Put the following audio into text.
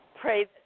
pray